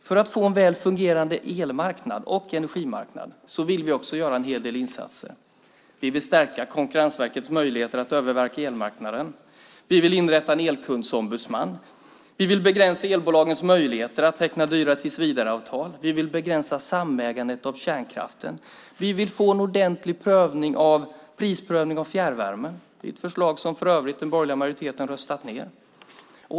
För att få en väl fungerande elmarknad och energimarknad vill vi också göra en hel del insatser. Vi vill stärka Konkurrensverkets möjligheter att övervaka elmarknaden. Vi vill inrätta en elkundombudsman. Vi vill begränsa elbolagens möjligheter att teckna dyra tillsvidareavtal. Vi vill begränsa samägandet av kärnkraften. Vi vill få en ordentlig prisprövning av fjärrvärme; det är ett förslag som för övrigt den borgerliga majoriteten har röstat ned.